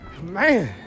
Man